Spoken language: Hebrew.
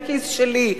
הכיס שלי,